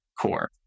core